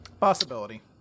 Possibility